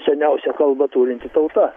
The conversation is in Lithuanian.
seniausią kalbą turinti tauta